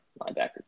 linebacker